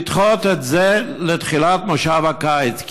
לדחות את זה לתחילת מושב הקיץ,